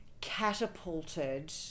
catapulted